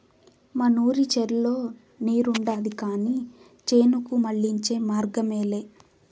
మనూరి చెర్లో నీరుండాది కానీ చేనుకు మళ్ళించే మార్గమేలే